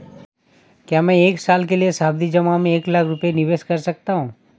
क्या मैं एक साल के लिए सावधि जमा में एक लाख रुपये निवेश कर सकता हूँ?